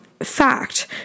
fact